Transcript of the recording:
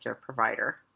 provider